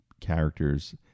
characters